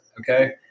Okay